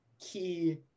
key